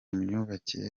myubakire